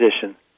position